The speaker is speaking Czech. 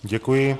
Děkuji.